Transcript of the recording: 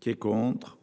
Qui est contre.